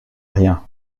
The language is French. rien